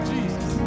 Jesus